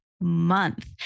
month